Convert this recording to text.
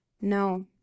No